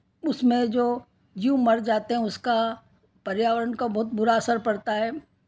उसमें जो जीव मर जाते हैं उसका पर्यावरण का बहुत बुरा असर पड़ता है